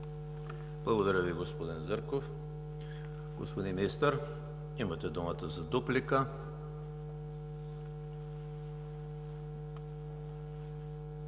Благодаря Ви, господин Зарков. Господин Министър, имате думата за дуплика.